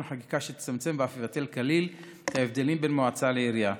חקיקה שיצמצם ואף יבטל כליל את ההבדלים בין מועצה לעירייה.